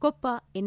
Koppa N